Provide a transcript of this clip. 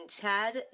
Chad